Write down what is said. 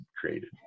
created